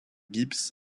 gibbs